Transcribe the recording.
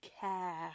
care